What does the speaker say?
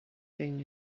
thing